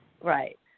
Right